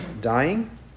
dying